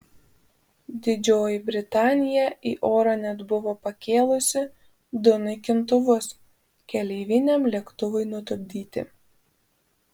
didžioji britanija į orą net buvo pakėlusi du naikintuvus keleiviniam lėktuvui nutupdyti